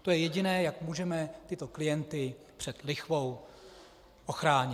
To je jediné, jak můžeme tyto klienty před lichvou ochránit.